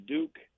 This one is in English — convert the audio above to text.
Duke